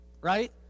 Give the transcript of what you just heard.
right